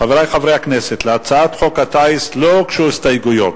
חברי הכנסת, להצעת חוק הטיס לא הוגשו הסתייגויות.